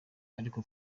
ariko